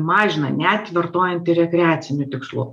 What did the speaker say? mažina net vartojant ir rekreaciniu tikslu